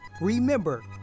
remember